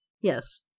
Yes